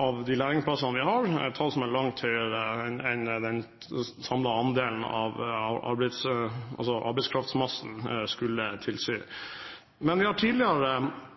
av de lærlingplassene vi har – et tall som er langt høyere enn den samlede andelen av «arbeidskraftmassen» skulle tilsi. I dagens spørretime har vi hørt at regjeringen har